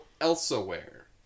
elsewhere